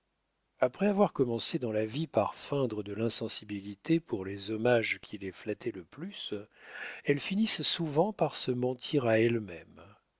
après avoir commencé dans la vie par feindre de l'insensibilité pour les hommages qui les flattaient le plus elles finissent souvent par se mentir à elles-mêmes